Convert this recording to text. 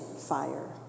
fire